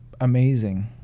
amazing